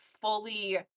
fully